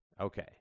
Okay